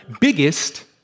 biggest